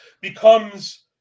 becomes